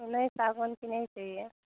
नहीं सागवान की नहीं चाहिए